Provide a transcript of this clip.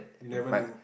never do